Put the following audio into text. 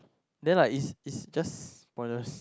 then like it's it's just pointless